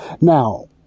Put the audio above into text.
Now